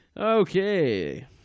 Okay